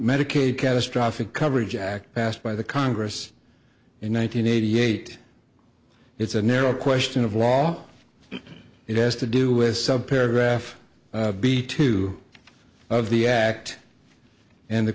medicaid catastrophic coverage act passed by the congress in one thousand eighty eight it's a narrow question of law it has to do with some paragraph b two of the act and the